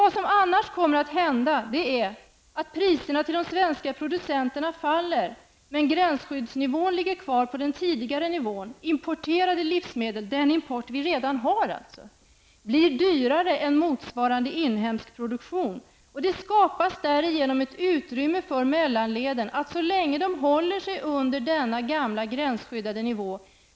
Vad som annars kommer att hända är att priserna till de svenska producenterna faller medan gränsskyddsnivån ligger kvar på den tidigare nivån. Importerade livsmedel, dvs. den import vi redan har, blir dyrare än motsvarande inhemsk produktion. Därigenom skapas ett utrymme för mellanleden att utöka sina marginaler så länge de håller sig under denna gamla gränsskyddade nivå.